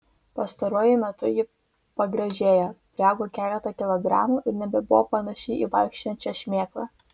pastaruoju metu ji pagražėjo priaugo keletą kilogramų ir nebebuvo panaši į vaikščiojančią šmėklą